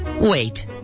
Wait